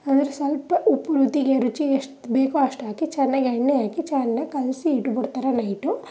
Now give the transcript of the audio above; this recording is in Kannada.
ಅಂದ್ರೆ ಸ್ವಲ್ಪ ಉಪ್ಪು ರುತಿಗೆ ರುಚಿಗೆ ಎಷ್ಟು ಬೇಕೋ ಅಷ್ಟಾಕಿ ಚೆನ್ನಾಗಿ ಎಣ್ಣೆ ಹಾಕಿ ಚೆನ್ನಾಗಿ ಕಲಸಿ ಇಟ್ಬಿಡ್ತಾರೆ ನೈಟು